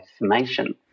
information